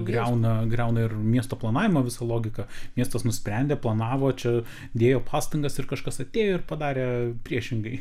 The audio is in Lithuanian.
griauna griauna ir miesto planavimą visa logika miestas nusprendė planavo čia dėjo pastangas ir kažkas atėjo ir padarė priešingai